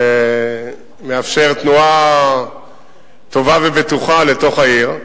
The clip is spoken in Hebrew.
ומאפשר תנועה טובה ובטוחה לתוך העיר.